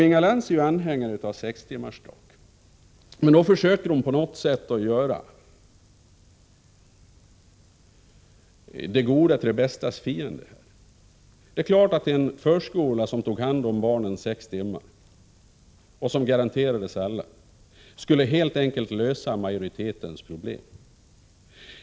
Inga Lantz är ju anhängare av sex timmars arbetsdag, men hon försöker på något sätt göra det goda till det bästas fiende. Det är klart att en förskola som tog hand om barnen sex timmar och som garanterades alla helt enkelt skulle lösa majoritetens problem.